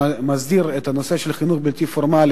שמסדיר את הנושא של חינוך בלתי-פורמלי